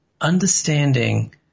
understanding